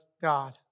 God